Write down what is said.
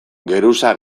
geruza